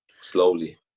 slowly